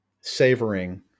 savoring